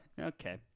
Okay